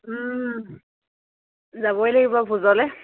ও ও যাবই লাগিব ভোজলে